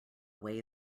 way